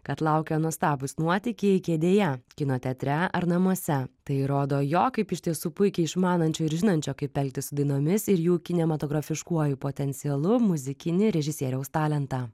kad laukia nuostabūs nuotykiai kėdėje kino teatre ar namuose tai rodo jo kaip iš tiesų puikiai išmanančio ir žinančio kaip elgtis su dainomis ir jų kinematografiškuoju potencialu muzikinį režisieriaus talentą